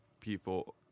people